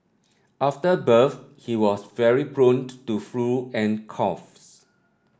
after birth he was very prone to flu and coughs